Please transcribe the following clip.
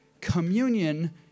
communion